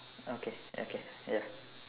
okay okay ya